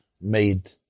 made